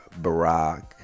Barack